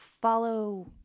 follow